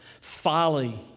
Folly